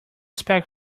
expect